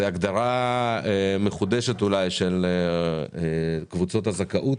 הגדרה מחודשת אולי של קבוצות הזכאות.